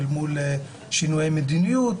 אל מול שינויי מדיניות.